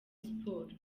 sports